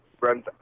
runs